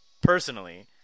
personally